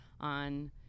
on